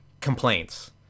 complaints